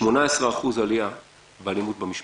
18% באלימות במשפחה,